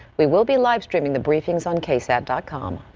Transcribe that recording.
we will be live streaming the briefings on ksat dot com.